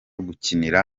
gukinira